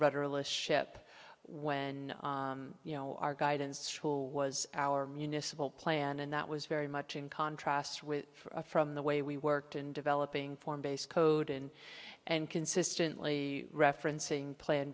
rudderless ship when you know our guidance was our municipal plan and that was very much in contrast with from the way we worked in developing form base code and and consistently referencing plan